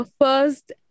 first